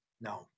no